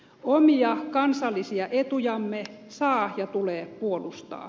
omia kansallisia etujamme saa ja tulee puolustaa